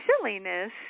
silliness